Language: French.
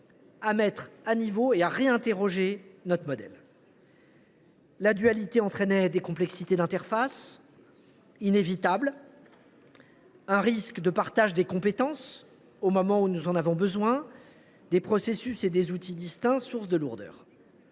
de mettre à niveau notre modèle et de le réinterroger. La dualité entraînait des complexités d’interface inévitables, un risque de partage des compétences au moment où nous en avons besoin, des processus et des outils distincts, sources de lourdeur.